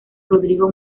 rodrigo